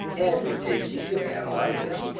and we take these and analyze them,